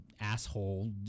asshole